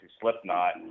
Slipknot